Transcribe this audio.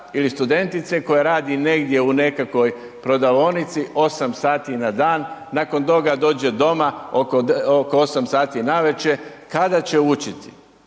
ili studentice koja radi negdje u nekakvoj prodavaonici 8 sati na dan, nakon toga dođe doma, oko 8 sati navečer, kada će učiti?